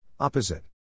Opposite